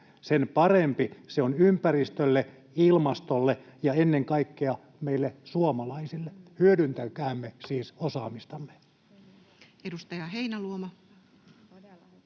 sen parempi se on ympäristölle, ilmastolle ja ennen kaikkea meille suomalaisille. Hyödyntäkäämme siis osaamistamme.